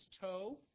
toe